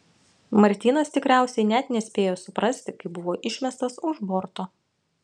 martynas tikriausiai net nespėjo suprasti kai buvo išmestas už borto